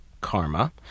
karma